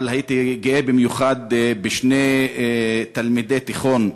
אבל הייתי גאה במיוחד בשני תלמידי תיכון,